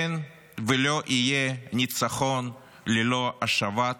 אין ולא יהיה ניצחון ללא השבת